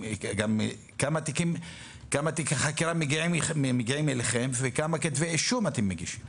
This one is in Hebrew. כמה תיקי חקירה מגיעים אליכם וכמה כתבי אישום אתם מגישים?